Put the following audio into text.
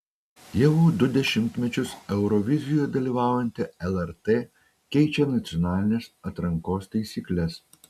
jau du dešimtmečius eurovizijoje dalyvaujanti lrt keičia nacionalinės atrankos taisykles